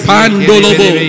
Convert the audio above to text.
Pandolobo